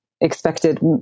expected